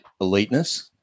eliteness